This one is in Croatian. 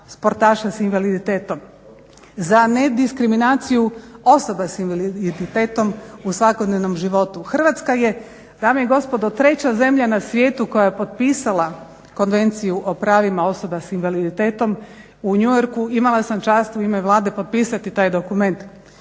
sportaša s invaliditetom, za nediskriminaciju osoba s invaliditetom u svakodnevnom životu. Hrvatska je, dame i gospodo, treća zemlja na svijetu koja je potpisala konvenciju o pravima osoba s invaliditetom u New Yorku. Imala sam čast u ime Vlade potpisati taj dokument.